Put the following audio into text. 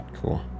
cool